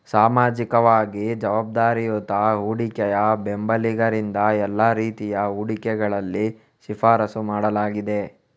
ಸಾಮಾಜಿಕವಾಗಿ ಜವಾಬ್ದಾರಿಯುತ ಹೂಡಿಕೆಯ ಬೆಂಬಲಿಗರಿಂದ ಎಲ್ಲಾ ರೀತಿಯ ಹೂಡಿಕೆಗಳಲ್ಲಿ ಶಿಫಾರಸು ಮಾಡಲಾಗಿದೆ